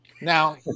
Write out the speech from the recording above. Now